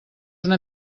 una